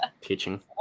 Teaching